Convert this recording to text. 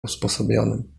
usposobionym